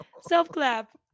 Self-clap